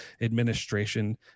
administration